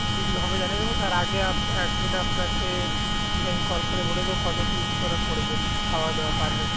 হবে জানিয়ে দেবো তার আগে এক দিন আপনাকে আগে আমি কল করে বলে দেবো কতো কি করে পড়বে খাওয়া দাওয়া পার হেড